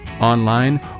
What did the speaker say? online